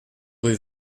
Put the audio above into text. rue